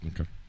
Okay